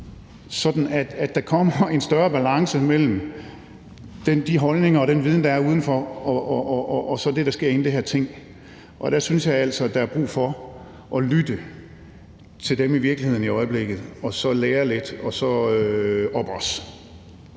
at der kommer en bedre balance mellem de holdninger og den viden, der er udenfor, og så det, der sker inde i det her ting. Der synes jeg altså, at der i øjeblikket er brug for at lytte til dem i virkeligheden og så lære lidt og så oppe os.